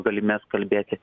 galimybes kalbėti